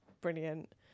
brilliant